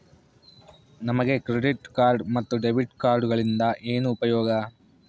ನಮಗೆ credit card ಮತ್ತು debit ಕಾರ್ಡುಗಳಿಂದ ಏನು ಉಪಯೋಗ?